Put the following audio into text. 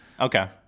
Okay